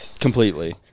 completely